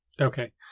Okay